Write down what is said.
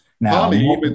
Now